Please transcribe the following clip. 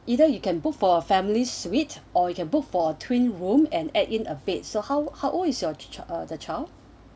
either you can before a family's suite or you can book for twin room and add in a bed so how how old is your the the child